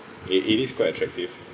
it it is quite attractive